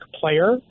player